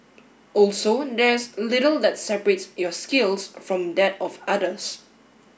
also there is little that separates your skills from that of others